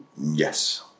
Yes